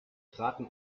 traten